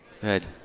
Good